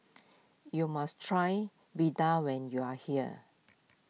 you must try Vadai when you are here